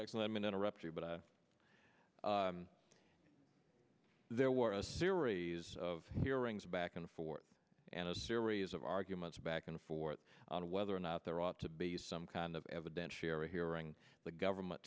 an interrupt you but i there were a series of hearings back and forth and a series of arguments back and forth on whether or not there ought to be some kind of evidentiary hearing the government